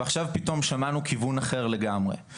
ועכשיו פתאום שמענו כיוון אחר לגמרי.